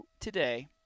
today